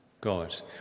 God